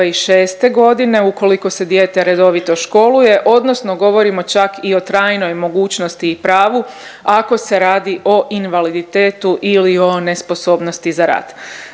godine ukoliko se dijete redovito školuje odnosno govorimo čak i o trajnoj mogućnosti i pravu ako se radi o invaliditetu ili o nesposobnosti za rad.